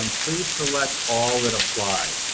um please select all that apply,